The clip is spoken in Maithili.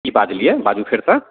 की बाजलियै बाजू फेरसँ